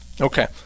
Okay